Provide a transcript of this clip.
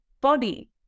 body